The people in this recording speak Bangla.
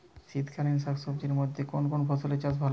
শীতকালীন শাকসবজির মধ্যে কোন কোন ফসলের চাষ ভালো হয়?